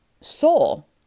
soul